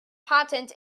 patent